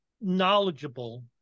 knowledgeable